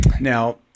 now